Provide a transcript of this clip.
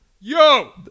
Yo